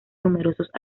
numerosos